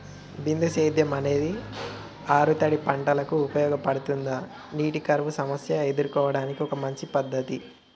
బిందు సేద్యం అనేది ఆరుతడి పంటలకు ఉపయోగపడుతుందా నీటి కరువు సమస్యను ఎదుర్కోవడానికి ఒక మంచి పద్ధతి?